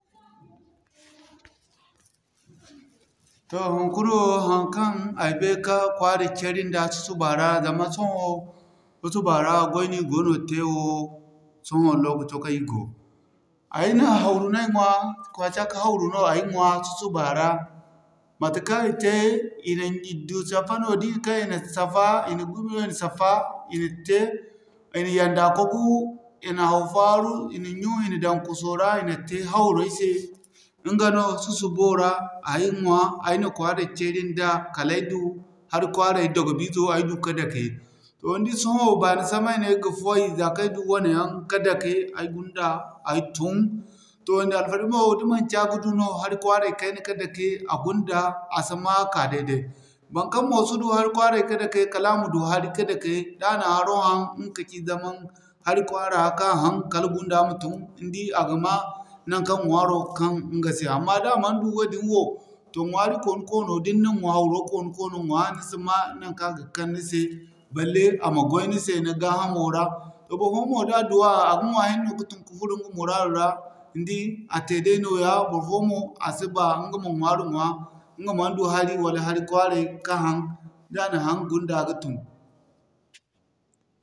Toh hunkuna wo haŋkaŋ a bay ka kwaari ceeri nda susuba ra zama sohõ susuba ra gway no ir go ga te wo sohõ lokaco kaŋ ir go. Ay na hawru no ay ɲwaa, kwacaka hawru no ay nwaa susuba ra. Matekaŋ i te, i na safa no, da i kay i na safa, i na wi i na safa, i na te, i na yandi a kwagu, a na haw faaru, i na ɲwun, i na daŋ kuso ra i na te hawru ay se ŋga no susubo ra ay ɲwaa, ay na kwaari ceeri nda. Kala ay du hari kwaaray dogobizo wo ay du ka dake. Toh ni di sohõ baani samay ay ga foy zakaŋ ay du waneyaŋ ka dake, ay gunda, ay tun. Toh ni di alfari mo da manci a ga du no hari kwaaray kayna ka dake, gunda a si ma a ka day-day. Baŋkaŋ mo si du hari kwaaray ka dake kala a ma du hari ka dake, ŋga kaci zamaŋ hari kwaara ka haŋ, kala gunda ma tun. Ni di a ga ma naŋkaŋ ɲwaaro ga kaŋ iŋga se amma da a mana du wadin wo toh ɲwaari koonu-koono, hawro koonu-koono ŋwaa ni si ma naŋkaŋ a ga kaŋ ni se. Balle a ma gway ni se ni gaa hamo ra, toh barfoyaŋ mo da a duwa, a ga ɲwaa hinne no ka tunu ka furo iŋga muraadu ra ni di a tey daino ya. Barfo mo a si ba ŋga ma ɲwaari ŋwaa, ɲga man du hari wala hari kwaaray ka haŋ, da a na haŋ, gunda ga tun.